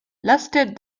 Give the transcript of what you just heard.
lasted